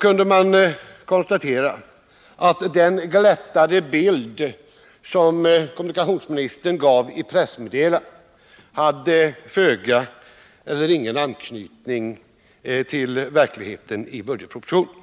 kunde man konstatera att den glättade bild som kommunikationsministern gav i pressmeddelandet hade föga eller ingen anknytning till verkligheten i budgetpropositionen.